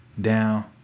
down